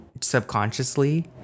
subconsciously